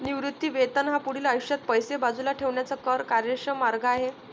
निवृत्ती वेतन हा पुढील आयुष्यात पैसे बाजूला ठेवण्याचा कर कार्यक्षम मार्ग आहे